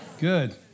Good